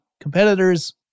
competitors